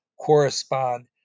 correspond